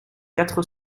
quatre